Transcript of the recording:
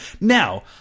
Now